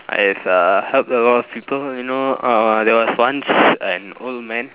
it's uh help a lot of people you know uh there was once an old man